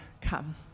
come